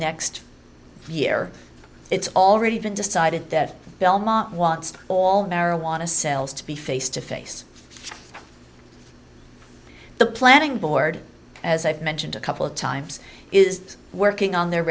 next year it's already been decided that belmont wants all marijuana sales to be face to face the planning board as i mentioned a couple of times is working on their